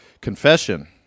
Confession